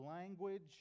language